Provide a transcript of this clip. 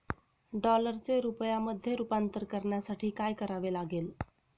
डॉलरचे रुपयामध्ये रूपांतर करण्यासाठी काय करावे लागेल?